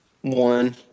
One